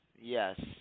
yes